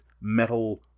metal